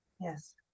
Yes